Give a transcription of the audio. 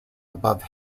above